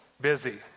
busy